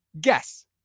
Guess